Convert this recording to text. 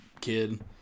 kid